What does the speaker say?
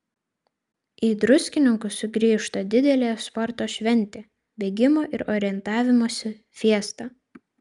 į druskininkus sugrįžta didelė sporto šventė bėgimo ir orientavimosi fiesta